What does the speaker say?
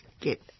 get